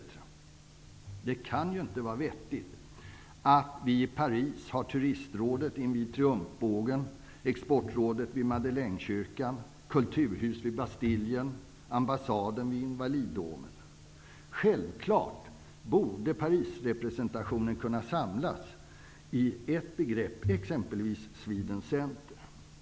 Det kan inte vara vettigt att vi i Paris har Turistrådet invid Parisrepresentationen kunna samlas i ett begrepp, exempelvis Sweden Center.